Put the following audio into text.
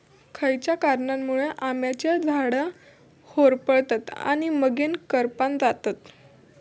खयच्या कारणांमुळे आम्याची झाडा होरपळतत आणि मगेन करपान जातत?